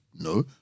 No